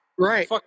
Right